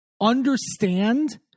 understand